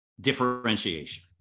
differentiation